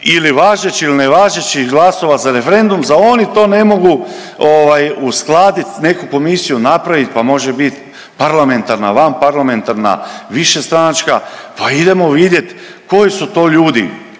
ili važećih ili nevažećih glasova za referendum, zar oni to ne mogu uskladiti, neku komisiju napraviti, pa može bit parlamentarna, vanparlamentarna, višestranačka, pa idemo vidjet koji su to ljudi.